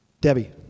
Debbie